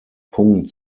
punkt